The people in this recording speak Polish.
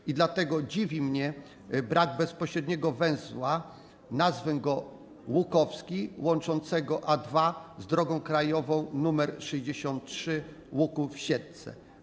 I dlatego dziwi mnie brak bezpośredniego węzła, nazwę go: Łukowski, łączącego A2 z drogą krajową nr 63 Łuków - Siedlce.